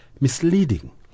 misleading